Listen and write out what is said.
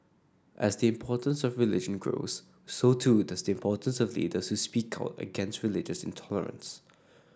as the importance of religion grows so too does the importance of leaders say speak out against religious intolerance